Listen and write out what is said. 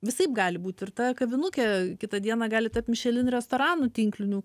visaip gali būt ir ta kavinukė kitą dieną gali tapt michelin restoranu tinkliniu